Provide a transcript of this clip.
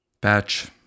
batch